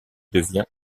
devient